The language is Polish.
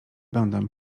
będę